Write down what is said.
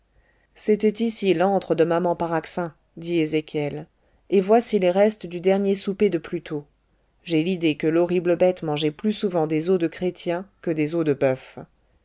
c'était ici l'antre de maman paraxin dit ézéchiel et voici les restes du dernier souper de pluto j'ai idée que l'horrible bête mangeait plus souvent des os de chrétien que des os de boeuf